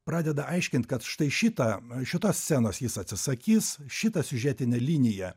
pradeda aiškint kad štai šitą šitos scenos jis atsisakys šitą siužetinę liniją